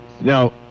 Now